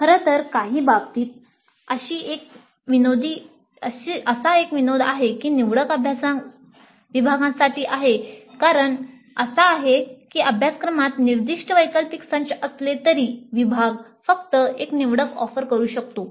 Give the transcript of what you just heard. खरं तर काही बाबतींत असा एक विनोद आहे की निवडक विभागांसाठी अभ्यासक्रमात निर्दिष्ट वैकल्पिक संच असले तरी विभाग फक्त एक निवडक ऑफर करू शकतो